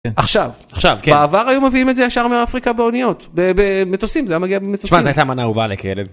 עכשיו עכשיו בעבר היום מביאים את זה ישר מאפריקה באוניות במטוסים זה מגיע במטוסים. שמע זו היתה המתנה האהובה עלי כילד